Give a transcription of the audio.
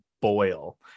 Boil